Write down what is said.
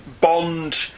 Bond